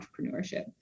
entrepreneurship